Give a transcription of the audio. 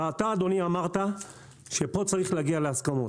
אדוני, ואתה אמרת שפה צריך להגיע להסכמות.